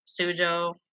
Sujo